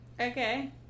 okay